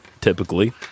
typically